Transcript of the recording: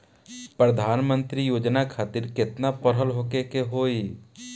प्रधानमंत्री योजना खातिर केतना पढ़ल होखे के होई?